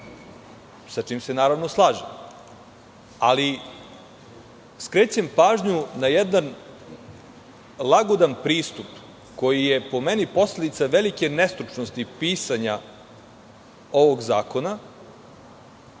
sa čim se naravno slažem. Ali, skrećem pažnju na jedan lagodan pristup koji je, po meni, posledica velike nestručnosti pisanja ovog zakona